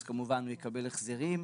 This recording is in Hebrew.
הוא כמובן יקבל החזרים,